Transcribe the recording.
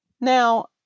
Now